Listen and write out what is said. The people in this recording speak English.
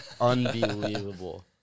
Unbelievable